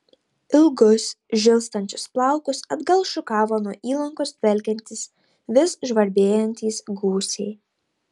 ilgus žilstančius plaukus atgal šukavo nuo įlankos dvelkiantys vis žvarbėjantys gūsiai